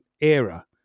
era